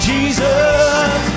Jesus